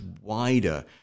wider